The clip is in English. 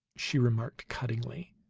she remarked, cuttingly,